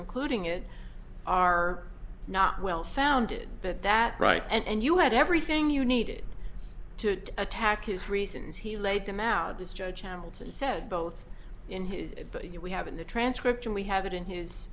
including it are not well sounded but that right and you had everything you needed to attack his reasons he laid them out of this judge hamilton said both in his we have in the transcript and we have it in his